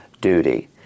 duty